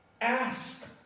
ask